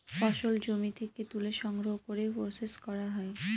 ফসল জমি থেকে তুলে সংগ্রহ করে প্রসেস করা হয়